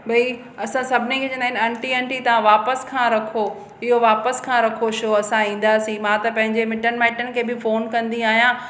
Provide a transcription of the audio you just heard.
भई असां सभिनी खे चवंदा आहिनि आंटी आंटी तव्हां वापसि खां रखो इआ वापसि खां रखो शो असां ईंदासीं मां त पंहिंजे मिटनि माइटनि खे बि फोन कंदी आहियां